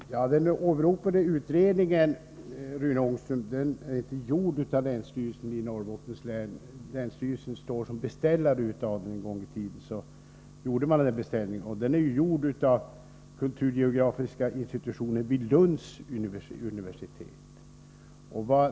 Herr talman! Den åberopade utredningen är en gång i tiden beställd av länsstyrelsen i Norrbottens län, Rune Ångström. Men den är gjord av kulturgeografiska institutionen vid Lunds universitet.